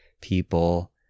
people